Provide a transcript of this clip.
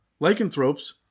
Lycanthropes